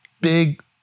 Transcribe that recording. big